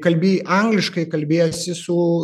kalbi angliškai kalbiesi su